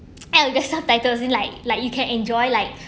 and the subtitles in like like you can enjoy like